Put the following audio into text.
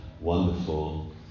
wonderful